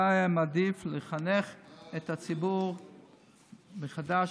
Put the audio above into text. מעדיף לחנך את הציבור מחדש,